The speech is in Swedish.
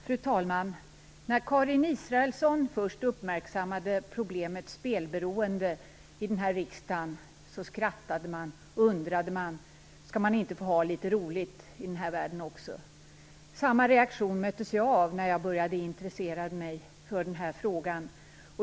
Fru talman! När Karin Israelsson här i riksdagen först uppmärksammade problemet med spelberoende skrattade man och undrade om man inte skulle få ha litet roligt i den här världen också. Samma reaktion möttes jag av när jag började intressera mig för den här frågan.